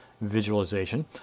visualization